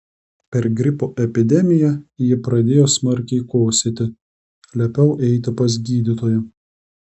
per gripo epidemiją ji pradėjo smarkiai kosėti liepiau eiti pas gydytoją